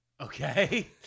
Okay